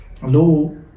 hello